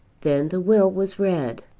then the will was read.